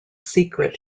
secret